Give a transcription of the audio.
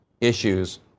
issues